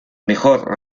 mejor